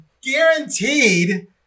guaranteed